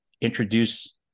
introduce